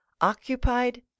Occupied